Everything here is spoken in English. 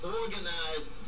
organized